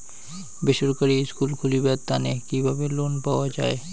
বেসরকারি স্কুল খুলিবার তানে কিভাবে লোন পাওয়া যায়?